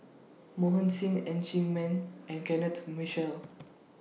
Mohan Singh Ng Chee Meng and Kenneth Mitchell